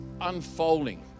unfolding